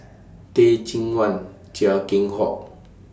Teh Cheang Wan Chia Keng Hock